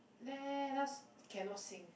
let us cannot sing